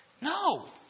No